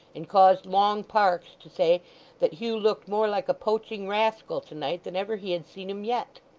and caused long parkes to say that hugh looked more like a poaching rascal to-night than ever he had seen him yet.